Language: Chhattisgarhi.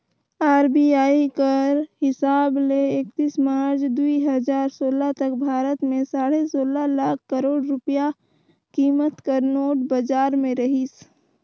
आर.बी.आई कर हिसाब ले एकतीस मार्च दुई हजार सोला तक भारत में साढ़े सोला लाख करोड़ रूपिया कीमत कर नोट बजार में रहिस